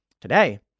Today